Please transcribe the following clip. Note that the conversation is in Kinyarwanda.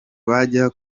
bajya